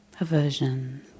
aversion